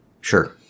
Sure